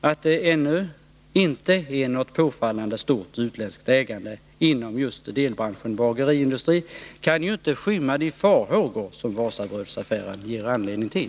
Att det ännu inte är något påfallande stort utländskt ägande inom just delbranschen bageriindustri kan ju inte skymma de farhågor som Wasabrödsaffären ger anledning till.